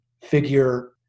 figure